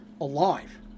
alive